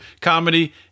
comedy